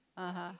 (uh huh)